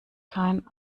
kein